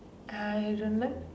I don't like